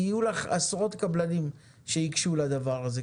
יהיו לך עשרות קבלנים שייגשו לדבר הזה,